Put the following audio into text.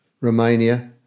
Romania